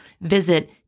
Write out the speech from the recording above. Visit